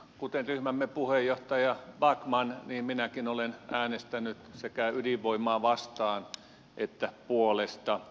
kuten ryhmämme puheenjohtaja backman minäkin olen äänestänyt sekä ydinvoimaa vastaan että sen puolesta